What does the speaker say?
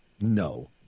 no